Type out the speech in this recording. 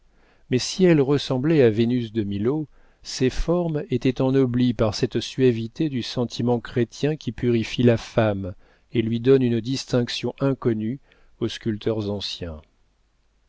mais si elle ressemblait à vénus de milo ses formes étaient ennoblies par cette suavité du sentiment chrétien qui purifie la femme et lui donne une distinction inconnue aux sculpteurs anciens